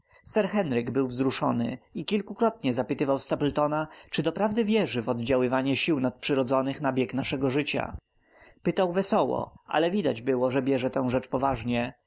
henryk był wzruszony i kilkakrotnie zapytywał stapletona czy doprawdy wierzy w oddziaływanie sił nadprzyrodzonych na bieg naszego życia pytał wesoło ale było widać że bierze tę rzecz poważnie